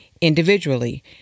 individually